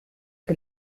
que